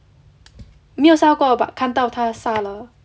没有杀过 but 看到它杀了